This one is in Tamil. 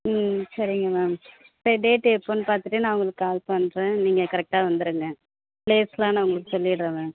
ம் சரிங்க மேம் சரி டேட்டு எப்போன்னு பார்த்துட்டு நான் உங்களுக்கு கால் பண்ணுறேன் நீங்கள் கரெக்டாக வந்துருங்க பிளேஸ் எல்லாம் நான் உங்களுக்கு சொல்லிவிட்றேன் மேம்